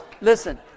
Listen